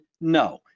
No